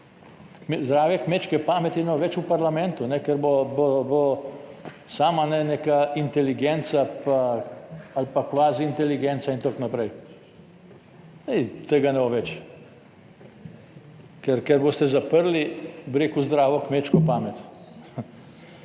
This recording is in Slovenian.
Zdrave kmečke pameti nimamo več v parlamentu, ker bo sama neka inteligenca ali pa kvazi inteligenca in tako naprej. Saj tega ne bo več, ker boste zaprli, bi rekel, zdravo kmečko pamet.